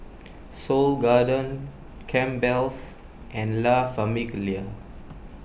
Seoul Garden Campbell's and La Famiglia